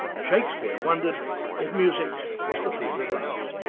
shakespeare wondered if music was the food of love.